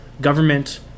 government